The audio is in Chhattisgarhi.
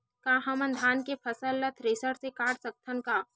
का हमन धान के फसल ला थ्रेसर से काट सकथन का?